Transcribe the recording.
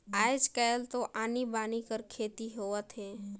आयज कायल तो आनी बानी कर खेती होवत हे